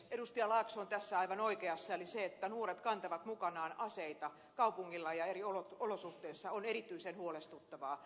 laakso on tässä aivan oikeassa eli se että nuoret kantavat mukanaan aseita kaupungilla ja eri olosuhteissa on erityisen huolestuttavaa